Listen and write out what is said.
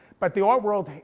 but the art world,